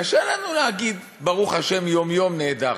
קשה לנו להגיד "ברוך השם יום-יום, נהדר"?